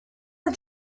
are